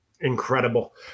incredible